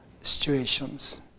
situations